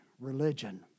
religion